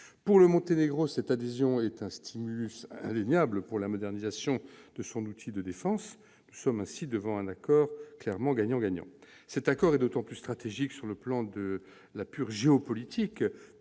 Pour le Monténégro, cette adhésion est un stimulus indéniable pour la modernisation de son outil de défense. Nous sommes ainsi confrontés à un accord clairement gagnant-gagnant. Cet accord est d'autant plus stratégique sur le plan de la pure géopolitique